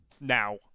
Now